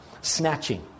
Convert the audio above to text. Snatching